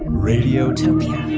radiotopia